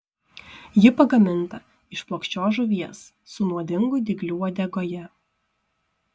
ji pagaminta iš plokščios žuvies su nuodingu dygliu uodegoje